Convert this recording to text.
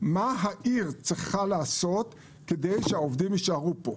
ומה העיר צריכה לעשות כדי שהעובדים ישארו פה.